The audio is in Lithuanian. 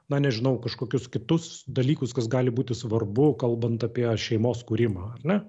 na nežinau kažkokius kitus dalykus kas gali būti svarbu kalbant apie šeimos kūrimą ar ne